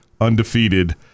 undefeated